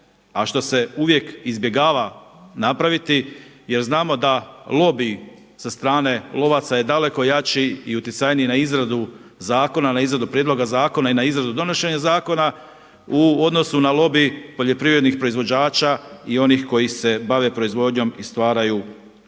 a što se uvijek izbjegava napraviti jer znamo da lobij sa strane lovaca je daleko jači i utjecajniji na izradu zakona, na izradu prijedloga zakona i na izradu donošenja zakona u odnosu na lobij poljoprivrednih proizvođača i onih koji se bave proizvodnjom i stvaraju novu